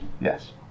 yes